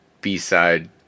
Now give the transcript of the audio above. B-side